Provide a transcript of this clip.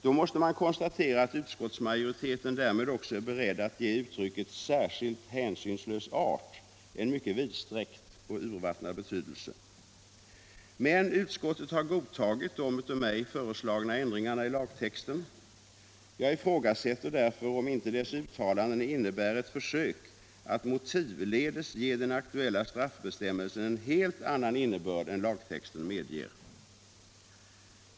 Då måste konstateras att utskottsmajoriteten därmed också är beredd att ge uttrycket ”särskilt hänsynslös art” en mycket vidsträckt och urvattnad betydelse. Men utskottet har godtagit de av mig föreslagna ändringarna i lagtexten. Jag ifrågasätter därför om inte dess uttalanden innebär ett försök att motivledes ge den aktuella straffbestämmelsen en helt annan innebörd än lagtexten medger.